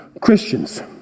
Christians